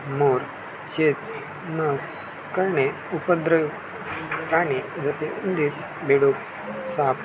मोर शेत नस करणे उपद्रव कारणे जसे उंदीर बेडूक साप